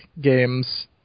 games